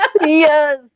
Yes